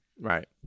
right